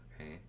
okay